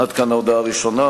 עד כאן ההודעה הראשונה.